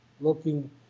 looking